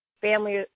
Family